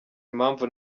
impamvu